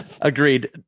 Agreed